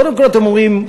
קודם כול אתם אומרים,